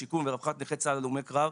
השיקום ורווחת נכי צה"ל הלומי קרב,